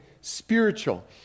spiritual